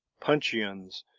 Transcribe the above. puncheons,